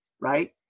right